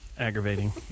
Aggravating